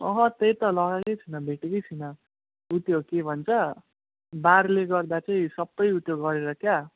अहँ त्यही त लगाएकै छुइनँ भेटेकै छुइनँ ऊ त्यो के भन्छ बाढले गर्दा चाहिँ सबै ऊ त्यो गरेर क्या